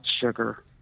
sugar